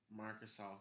Microsoft